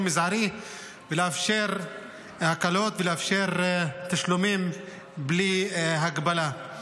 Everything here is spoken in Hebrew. מזערי ולאפשר הקלות ולאפשר תשלומים בלי הגבלה.